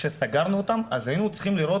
כשסגרנו אותם אז היינו צריכים לראות